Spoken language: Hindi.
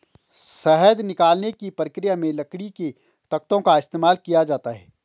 शहद निकालने की प्रक्रिया में लकड़ी के तख्तों का इस्तेमाल किया जाता है